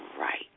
right